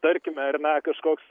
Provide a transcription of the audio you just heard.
tarkime ar ne kažkoks